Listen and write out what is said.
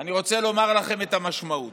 אני רוצה לומר לכם את המשמעות: